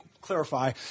clarify